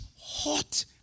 hot